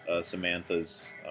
Samantha's